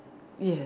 yes